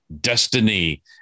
destiny